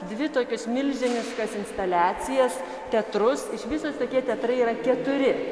dvi tokios milžiniškas instaliacijas teatrus iš viso tokie teatrai yra keturi